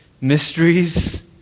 mysteries